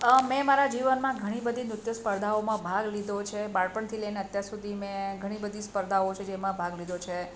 મેં મારા જીવનમાં ઘણી બધી નૃત્ય સ્પર્ધાઓમાં ભાગ લીધો છે બાળપણથી લઇને અત્યાર સુધી મેં ઘણી બધી સ્પર્ધાઓ છે જેમાં ભાગ લીધો છે